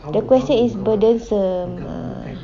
the question is burdensome ah